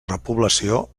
repoblació